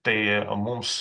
tai mums